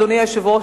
אדוני היושב-ראש,